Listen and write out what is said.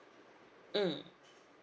mm